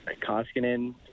Koskinen